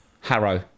Harrow